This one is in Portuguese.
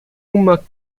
uma